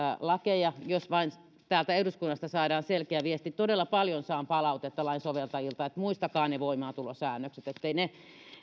lakeja jos vain täältä eduskunnasta saadaan selkeä viesti todella paljon saan palautetta lain soveltajilta että muistakaa ne voimaantulosäännökset etteivät ne